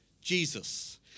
Jesus